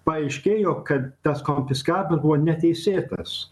paaiškėjo kad tas konfiskavimo neteisėtas